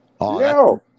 No